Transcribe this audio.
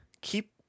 keep